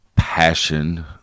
passion